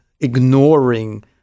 ignoring